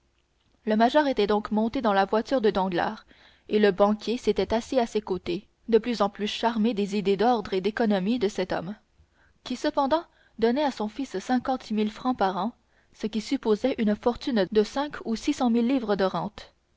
le major était donc monté dans la voiture de danglars et le banquier s'était assis à ses côtés de plus en plus charmé des idées d'ordre et d'économie de cet homme qui cependant donnait à son fils cinquante mille francs par an ce qui supposait une fortune de cinq ou six cent mille livres de rente